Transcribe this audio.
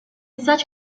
such